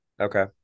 Okay